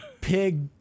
pig